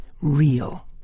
Real